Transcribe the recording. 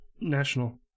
national